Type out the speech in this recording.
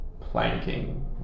planking